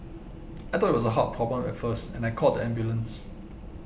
I thought it was a heart problem at first and I called the ambulance